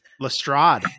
Lestrade